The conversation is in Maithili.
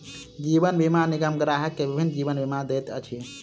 जीवन बीमा निगम ग्राहक के विभिन्न जीवन बीमा दैत अछि